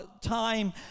time